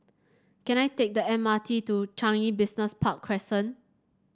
can I take the M R T to Changi Business Park Crescent